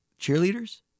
Cheerleaders